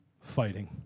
fighting